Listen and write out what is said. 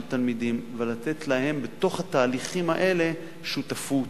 תלמידים ולתת להם בתוך התהליכים האלה שותפות,